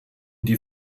die